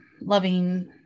loving